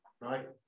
right